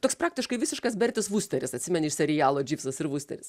toks praktiškai visiškas bertis vusteris atsimeni iš serialo džipas ir vusteris